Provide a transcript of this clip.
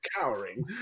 cowering